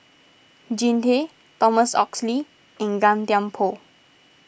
Jean Tay Thomas Oxley and Gan Thiam Poh